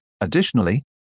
Additionally